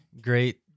great